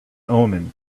omen